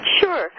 Sure